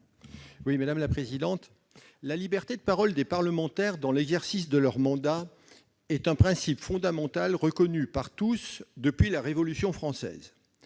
un rappel au règlement. La liberté de parole des parlementaires dans l'exercice de leur mandat est un principe fondamental reconnu par tous depuis la Révolution française.